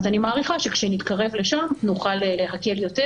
אז אני מעריכה שכשנתקרב לשם נוכל להקל יותר.